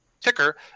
ticker